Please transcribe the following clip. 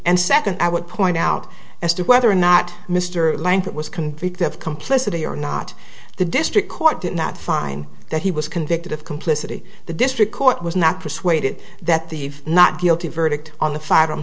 and second i would point out as to whether or not mr langford was convicted of complicity or not the district court did not find that he was convicted of complicity the district court was not persuaded that the not guilty verdict on the fi